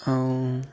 ଆଉ